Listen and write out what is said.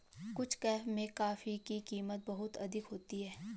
कुछ कैफे में कॉफी की कीमत बहुत अधिक होती है